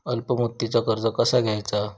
अल्प मुदतीचा कर्ज कसा घ्यायचा?